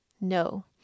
no